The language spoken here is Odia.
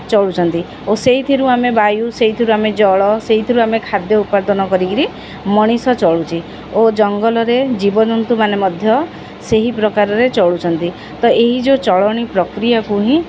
ଚଳୁଛନ୍ତି ଓ ସେଇଥିରୁ ଆମେ ବାୟୁ ସେଇଥିରୁ ଆମେ ଜଳ ସେଇଥିରୁ ଆମେ ଖାଦ୍ୟ ଉତ୍ପାଦନ କରିକରି ମଣିଷ ଚଳୁଛି ଓ ଜଙ୍ଗଲରେ ଜୀବଜନ୍ତୁମାନେ ମଧ୍ୟ ସେହି ପ୍ରକାରରେ ଚଳୁଛନ୍ତି ତ ଏହି ଯେଉଁ ଚଳଣି ପ୍ରକ୍ରିୟାକୁ ହିଁ